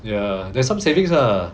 ya there's some savings lah